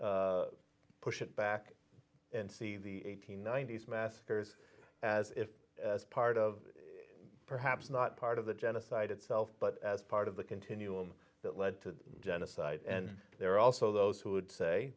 push it back and see the eight hundred ninety s massacres as if as part of perhaps not part of the genocide itself but as part of the continuum that led to genocide and there are also those who would say